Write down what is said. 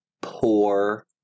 poor